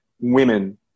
women